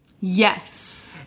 Yes